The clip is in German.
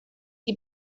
die